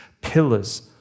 Pillars